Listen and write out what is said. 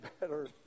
better